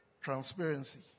Transparency